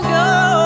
go